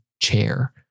Chair